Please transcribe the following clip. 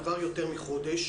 עבר יותר מחודש.